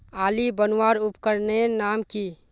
आली बनवार उपकरनेर नाम की?